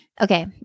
Okay